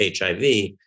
HIV